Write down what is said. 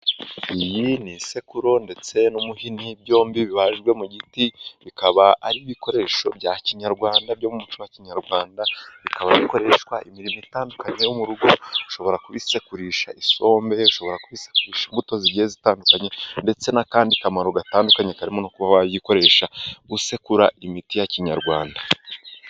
Iyi ni isekuru ndetse n'umuhini byombi bibajwe mu giti, bikaba ari ibikoresho bya kinyarwanda byo muco wa kinyarwanda, bikaba bikoreshwa imirimo itandukanye yo mu rugo ushobora kubisekurisha isombe, ushobora kubisekurisha imbuto zigiye zitandukanye, ndetse n'akandi kamaro gatandukanye karimo no kuba wayikoresha usekura imiti ya kinyarwanda.